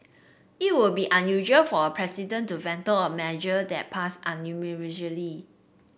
it would be unusual for a president to veto a measure that passed